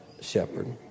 shepherd